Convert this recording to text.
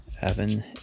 Evan